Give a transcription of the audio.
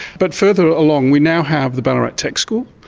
but further along we now have the ballarat tech school,